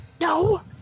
No